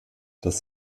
das